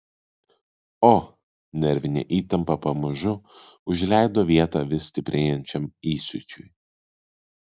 o nervinė įtampa pamažu užleido vietą vis stiprėjančiam įsiūčiui